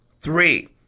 three